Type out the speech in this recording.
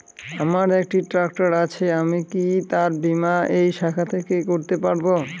আমার একটি ট্র্যাক্টর আছে আমি কি তার বীমা এই শাখা থেকে করতে পারব?